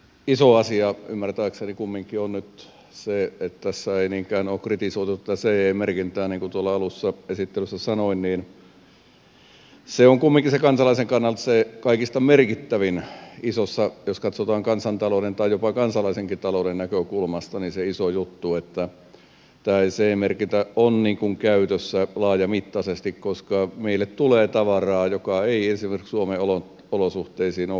iso asia ymmärtääkseni kumminkin on nyt se että tässä ei ole niinkään kritisoitu ce merkintää vaan niin kuin alussa esittelyssä sanoin niin se on kumminkin kansalaisen kannalta se kaikista merkittävin jos katsotaan kansantalouden tai jopa kansalaisenkin talouden näkökulmasta se iso juttu että ce merkintä on käytössä laajamittaisesti koska meille tulee tavaraa joka ei esimerkiksi suomen olosuhteisiin ole kuranttia